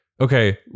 okay